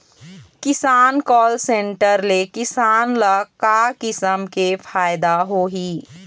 किसान call centre ले किसान ल का किसम के फायदा होही?